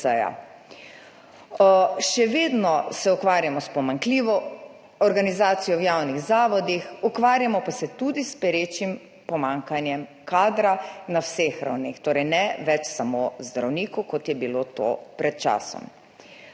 Še vedno se ukvarjamo s pomanjkljivo organizacijo v javnih zavodih, ukvarjamo pa se tudi s perečim pomanjkanjem kadra na vseh ravneh, torej ne več samo zdravnikov, kot je bilo to pred časom.